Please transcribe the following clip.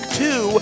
two